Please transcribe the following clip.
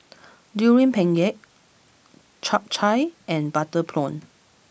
Durian Pengat Chap Chai and Butter Prawn